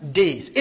days